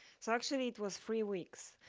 so actually it was three weeks.